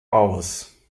aus